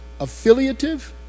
affiliative